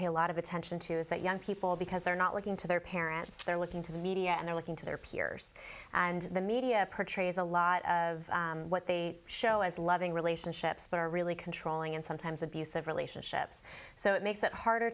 pay a lot of attention to is that young people because they're not looking to their parents they're looking to the media and they're looking to their peers and the media portrays a lot of what they show as loving relationships but are really controlling and sometimes abusive relationships so it makes it harder